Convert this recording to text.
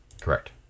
correct